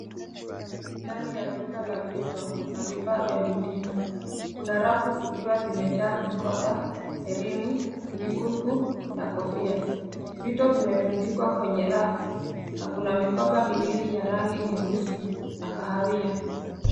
Ndani ya duka la vito, na vifaa vya mitindo, kuna rafu zikiwa zimejaa mikoba, herini, vikuku, na kofia. Vito vimetundikwa kwenye rafu, na kuna mikoba miwili ya rangi nyeusi na kahawia.